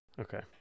Okay